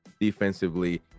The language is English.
defensively